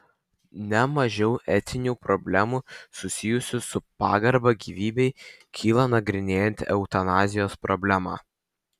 ne mažiau etinių problemų susijusių su pagarba gyvybei kyla nagrinėjant eutanazijos problemą